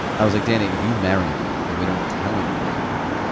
i was like, danny, if you marry me and we don't tell anybody about it,